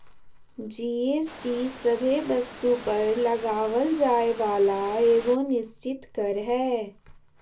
GST सभे वस्तु पर लगावल जाय वाला एगो निश्चित कर हय